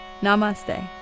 Namaste